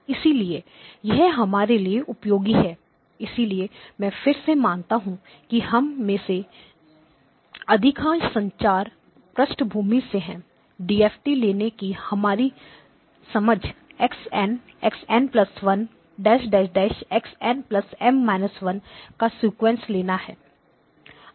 इसलिए यह हमारे लिए उपयोगी है इसलिए मैं फिर से मानता हूं कि हम में से अधिकांश संचार पृष्ठभूमि से हैं डीएफटी लेने की हमारी समझ x n x n 1 x n M −1 का सिक्वेंस लेना है